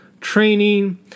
training